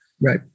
Right